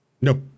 Nope